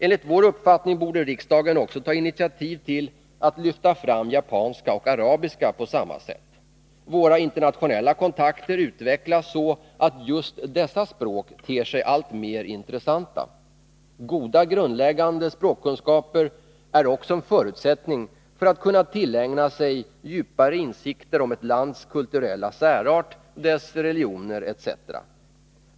Enligt vår uppfattning borde riksdagen också ta initiativ till att lyfta fram japanska och arabiska på samma sätt. Våra internationella kontakter utvecklas så att just dessa språk ter sig alltmer intressanta. Goda grundläggande språkkunskaper är också en förutsättning för att kunna tillägna sig djupare insikter om ett lands kulturella särart, dess religioner etc.